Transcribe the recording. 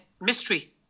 Mystery